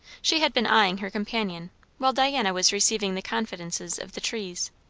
she had been eyeing her companion while diana was receiving the confidences of the trees.